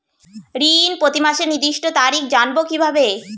ঋণ প্রতিমাসের নির্দিষ্ট তারিখ জানবো কিভাবে?